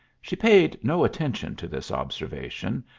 she paid no attention to this observation,